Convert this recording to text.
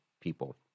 people